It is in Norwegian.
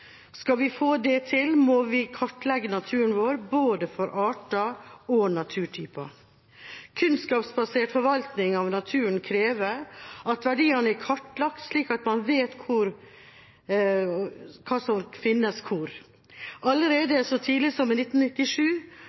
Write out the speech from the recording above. Skal vi få det til, må vi kartlegge naturen vår, både for arter og for naturtyper. Kunnskapsbasert forvaltning av naturen krever at verdiene er kartlagt, slik at man vet hva som finnes hvor. Allerede så tidlig som i 1997